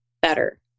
better